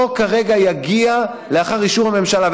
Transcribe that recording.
החוק כרגע יגיע לאחר אישור הממשלה,